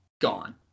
gone